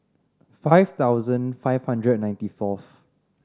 five thousand five hundred and ninety fourth